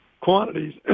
quantities